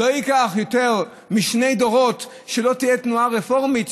לא ייקח יותר משני דורות שלא תהיה תנועה רפורמית,